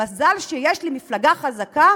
מזל שיש לי מפלגה חזקה,